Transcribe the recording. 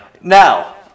Now